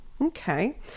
okay